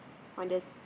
on the